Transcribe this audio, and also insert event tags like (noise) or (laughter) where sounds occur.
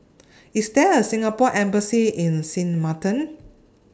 (noise) IS There A Singapore Embassy in Sint Maarten